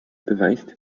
beweist